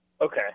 Okay